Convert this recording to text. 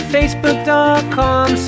Facebook.com